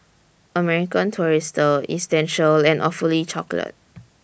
American Tourister Essential and Awfully Chocolate